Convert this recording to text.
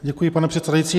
Děkuji, pane předsedající.